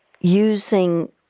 using